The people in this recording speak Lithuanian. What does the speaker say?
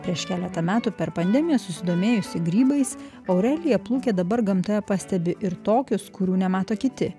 prieš keletą metų per pandemiją susidomėjusi grybais aurelija plukė dabar gamtoje pastebi ir tokius kurių nemato kiti